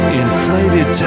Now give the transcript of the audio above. inflated